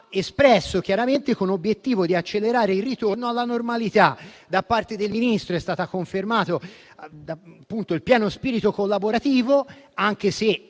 espresso chiaramente, con l'obiettivo di accelerare il ritorno alla normalità. Da parte del Ministro è stato confermato il pieno spirito collaborativo, anche se